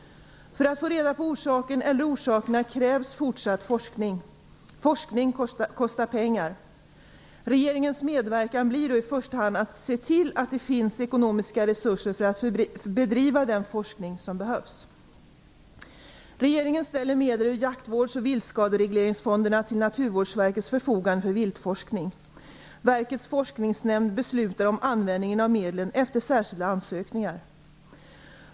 För att få reda på orsaken eller orsakerna krävs fortsatt forskning. Forskning kostar pengar. Regeringens medverkan blir då i första hand att se till att det finns ekonomiska resurser för att bedriva den forskning som behövs. Regeringen ställer medel ur Jaktvårds och viltskaderegleringsfonderna till Naturvårdsverkets förfogande för viltforskning. Verkets forskningsnämnd beslutar om användningen av medlen efter särskilda ansökningar.